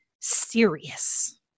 serious